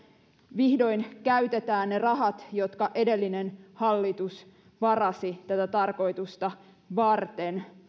vihdoin käytetään ne rahat jotka edellinen hallitus varasi tätä tarkoitusta varten